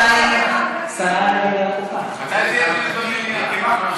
מתי בדיוק זה יהיה במליאה?